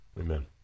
Amen